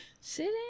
sit